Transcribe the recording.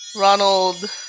Ronald